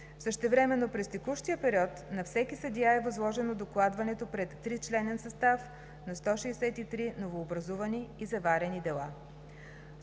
Същевременно през текущия период на всеки съдия е възложено докладването пред тричленен състав на 163 новообразувани и заварени дела.